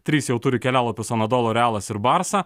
trys jau turi kelialapius anadolu realas ir barsa